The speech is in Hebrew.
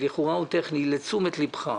שלכאורה הוא טכני לתשומת ליבך,